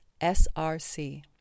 SRC